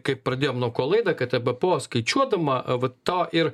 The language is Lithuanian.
kaip pradėjom nuo ko laidą kad e b p o skaičiuodama a vat to ir